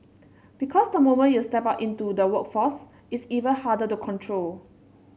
because the moment you step out into the workplace it's even harder to control